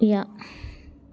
yeah